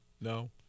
No